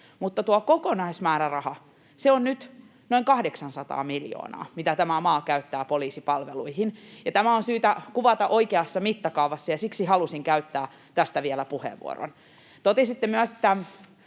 Mutta tuo kokonaismääräraha, mitä tämä maa käyttää poliisipalveluihin, on nyt noin 800 miljoonaa. Tämä on syytä kuvata oikeassa mittakaavassa, ja siksi halusin käyttää tästä vielä puheenvuoron. Totesitte myös, että